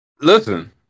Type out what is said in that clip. Listen